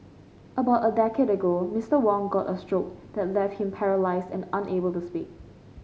about a decade ago Mister Wong got a stroke that left him paralysed and unable to speak